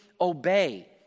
obey